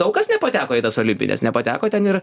daug kas nepateko į tas olimpines nepateko ten ir